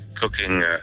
cooking